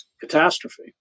catastrophe